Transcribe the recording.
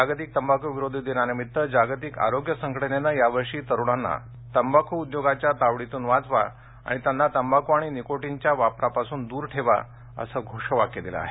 जागतिक तंबाखू विरोधी दिनानिमित्त जागतिक आरोग्य संघटनेनं यावर्षी तरुणांना तंबाखू उद्योगांच्या तावडीतून वाचवा आणि त्यांना तंबाखू आणि निकोटीनच्या वापरापासून दूर ठेवा असं घोषवाक्य दिलं आहे